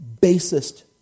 basest